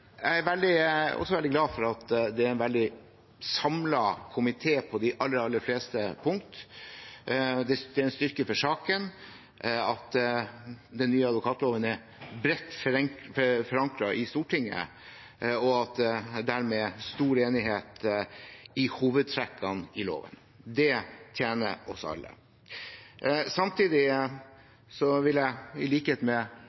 Jeg er også veldig glad for at det er en veldig samlet komité på de aller, aller fleste punkt. Det er en styrke for saken at den nye advokatloven er bredt forankret i Stortinget, og at det dermed er stor enighet om hovedtrekkene i loven. Det tjener oss alle. Samtidig vil jeg, i likhet med